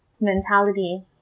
mentality